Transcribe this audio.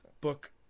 book